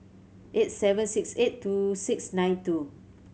eight seven six eight two six nine two